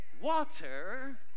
Water